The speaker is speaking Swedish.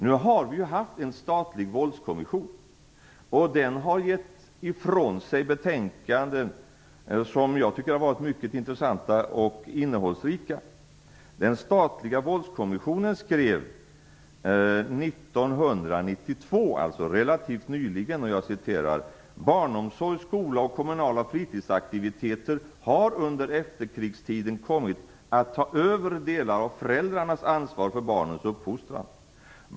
Nu har vi ju haft en statlig våldskommission, och den har gett ifrån sig betänkanden som jag tycker har varit mycket intressanta och innehållsrika. Den statliga våldskommissionen skrev 1992, alltså relativt nyligen: "Barnomsorg, skola och kommunala fritidsaktiviteter har under efterkrigstiden kommit att ta över delar av föräldrarnas ansvar för barnens uppfostran.